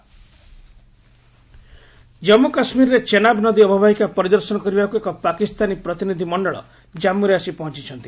Pak delegation Indus Jammu କାଶ୍ମୀରରେ ଚେନାବ୍ ନଦୀ ଅବବାହିକା ପରିଦର୍ଶନ କରିବାକୁ ଏକ ପାକିସ୍ତାନୀ ପ୍ରତିନିଧି ମଣ୍ଡଳ ଜାଞ୍ଚୁରେ ଆସି ପହଞ୍ଚିଛନ୍ତି